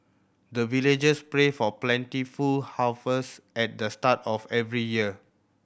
the villagers pray for plentiful harvest at the start of every year